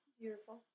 Beautiful